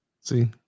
See